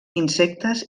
insectes